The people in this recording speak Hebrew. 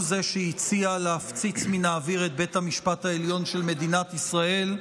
הוא זה שהציע להפציץ מן האוויר את בית המשפט העליון של מדינת ישראל,